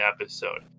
episode